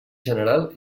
general